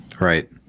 Right